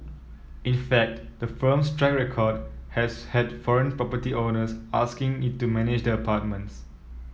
in fact the firm's track record has had foreign property owners asking it to manage their apartments